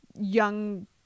young